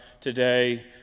today